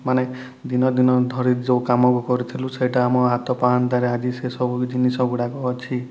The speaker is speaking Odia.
ମାନେ ଦିନ ଦିନ ଧରି ଯେଉଁ କାମକୁ କରିଥିଲୁ ସେଇଟା ଆମ ହାତପାହନ୍ତାରେ ଆଜି ସେ ସବୁ କିଛି ଜିନିଷଗୁଡ଼ାକ ଅଛି